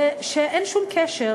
זה שאין שום קשר,